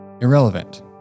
irrelevant